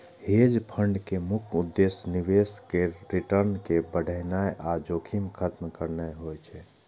hedge fund के मुख्य उद्देश्य निवेशक केर रिटर्न कें बढ़ेनाइ आ जोखिम खत्म करनाइ होइ छै